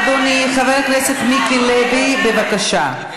אדוני חבר הכנסת מיקי לוי, בבקשה.